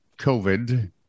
COVID